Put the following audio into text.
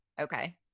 Okay